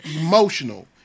emotional